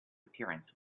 appearance